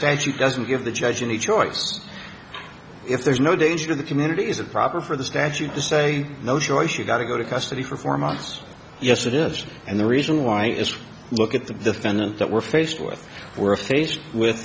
statute doesn't give the judge in the choice if there's no danger to the community is it proper for the statute to say no choice you've got to go to custody for four months yes it is and the reason why is look at the defendant that we're faced with we're faced with